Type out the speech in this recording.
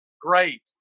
great